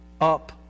up